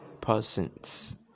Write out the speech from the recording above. persons